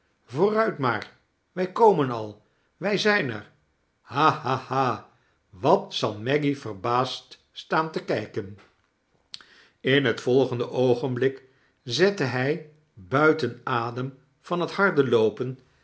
vooruit maar wij komen al wij zijn er hahaha avat zal meggie verbaasd staan te kijken in het volgende oogenblik zette hij buiten adem van het harde loopen